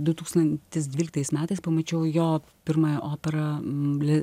du tūkstantis dvyliktais metais pamačiau jo pirmąją operą